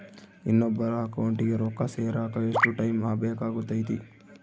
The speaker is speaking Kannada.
ಇನ್ನೊಬ್ಬರ ಅಕೌಂಟಿಗೆ ರೊಕ್ಕ ಸೇರಕ ಎಷ್ಟು ಟೈಮ್ ಬೇಕಾಗುತೈತಿ?